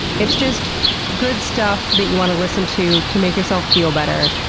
it's just good stuff that you want to listen to to make yourself feel better.